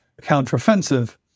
counteroffensive